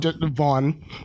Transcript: Vaughn